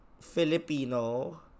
Filipino